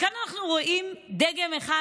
וכאן אנחנו רואים דגם אחד